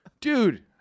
Dude